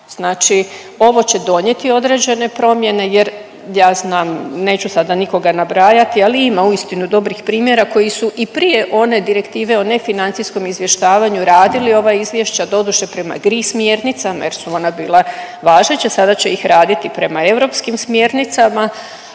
znači ovo će donijeti određene promjene jer ja znam neću sada nikoga nabrajati, ali ima uistinu dobrih primjera koji su i prije one direktive o nefinancijskom izvještavanju radili ova izvješća, doduše prema GREE smjernicama jer su ona bila važeća, sada će ih raditi prema europskim smjernicama